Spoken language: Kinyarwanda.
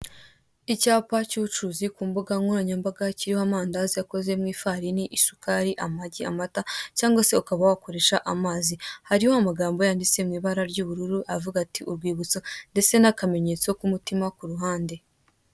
Icyapa cy'ubucuruzi ku mbuga nkoranyambaga, kiriho amandazi akoze mu ifarini, isukari, amagi, amata, cyangwa se ukaba wakoresha amazi, hariho amagambo yanditse mu ibara ry'ubururu avuga ati: ''Urwibutso.'' ndetse n'akamenyetso ku mutima ku ruhande.